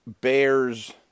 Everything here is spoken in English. Bears